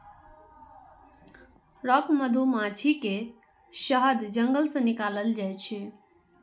rock मधुमाछी के शहद जंगल सं निकालल जाइ छै